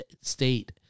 state